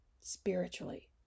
spiritually